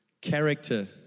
Character